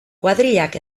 kuadrillak